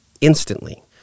instantly